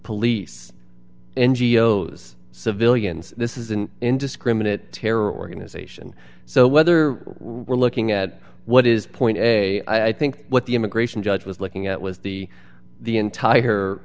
police n g o s civilians this is an indiscriminate terror organization so whether we're looking at what is point a i think what the immigration judge was looking at was the the entire